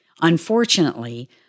Unfortunately